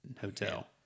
hotel